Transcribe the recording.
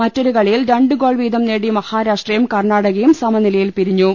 മറ്റൊരു കളിയിൽ രണ്ട് ഗ്നോൾ വീതം നേടി മഹാരാ ഷ്ട്രയും കർണാടകയും സമനിലയിൽ പിരിഞ്ഞു